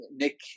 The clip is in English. Nick